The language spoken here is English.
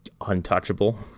untouchable